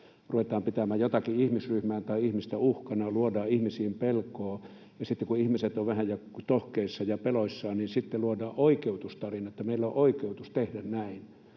ruvetaan pitämään jotakin ihmisryhmää tai ihmistä uhkana ja luodaan ihmisiin pelkoa, ja sitten kun ihmiset ovat vähän jo tohkeissaan ja peloissaan, luodaan oikeutustarina, että meillä on oikeutus tehdä näin.